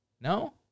No